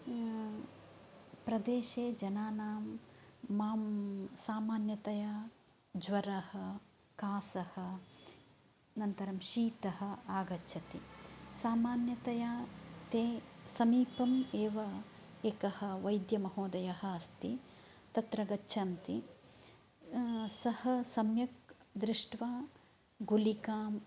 प्रदेशे जनानां मां सामान्यतया ज्वर कास अनन्तरं शीत आगच्छति सामान्यतया ते समीपम् एव एकः वैद्यमहोदय अस्ति तत्र गच्छन्ति सः सम्यक् दृष्टवा गुलिकां